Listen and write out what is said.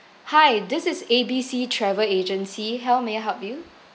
hi this is A B C travel agency how may I help you